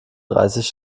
dreißig